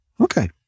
Okay